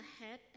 ahead